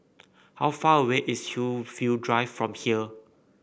how far away is Hillview Drive from here